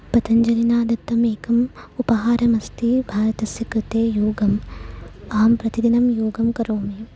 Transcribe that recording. पतञ्जलिना दत्तम् एकम् उपहारमस्ति भारतस्य कृते योगम् अहं प्रतिदिनं योगं करोमि